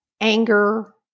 anger